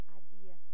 idea